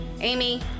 Amy